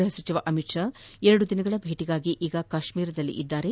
ಗೃಹ ಸಚಿವ ಅಮಿತ್ ಶಾ ಎರಡು ದಿನಗಳ ಭೇಟಗಾಗಿ ಕಾಶ್ಮೀರದಲ್ಲಿದ್ದಾರೆ